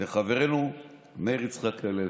לחברנו מאיר יצחק הלוי.